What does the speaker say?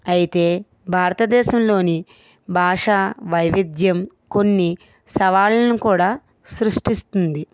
అయితే భారతదేశంలోని భాష వైవిధ్యం కొన్ని సవాళ్ళను కూడా సృష్టిస్తుంది